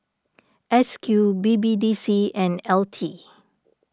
S Q B B D C and L T